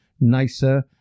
nicer